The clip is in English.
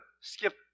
skip